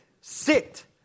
sit